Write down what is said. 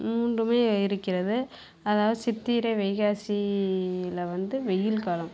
மூன்றுமே இருக்கிறது அதாவது சித்திரை வைகாசியில் வந்து வெயில் காலம்